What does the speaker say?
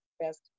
best